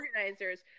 organizers